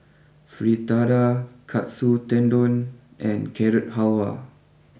Fritada Katsu Tendon and Carrot Halwa